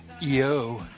Yo